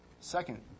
Second